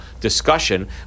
discussion